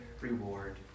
reward